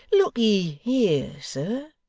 look'ee here, sir!